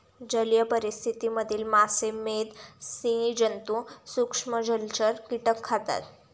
जलीय परिस्थिति मधील मासे, मेध, स्सि जन्तु, सूक्ष्म जलचर, कीटक खातात